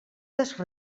des